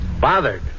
Bothered